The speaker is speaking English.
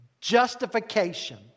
justification